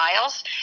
miles